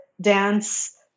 dance